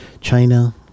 China